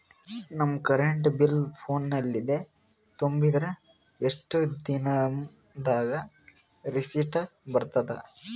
ನಮ್ current bill ಫೋನ ಲಿಂದೇ ತುಂಬಿದ್ರ, ಎಷ್ಟ ದಿ ನಮ್ ದಾಗ ರಿಸಿಟ ಬರತದ?